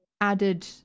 added